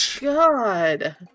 God